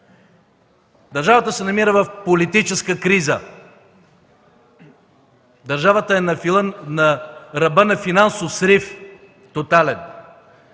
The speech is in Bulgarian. Държавата се намира в политическа криза, държавата е на ръба на тотален